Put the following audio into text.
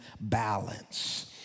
balance